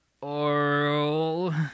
Oral